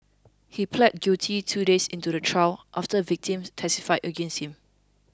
he pleaded guilty two days into the trial after victims testified against him